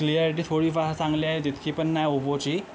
clarity थोडीफार चांगली आहे तितकी पण नाही ओप्पोची